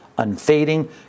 unfading